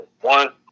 One